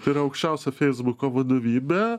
tai yra aukščiausia feisbuko vadovybė